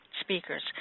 speakers